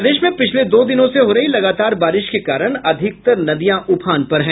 प्रदेश में पिछले दो दिनों से हो रही लगातार बारिश के कारण अधिकतर नदियां उफान पर हैं